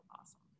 awesome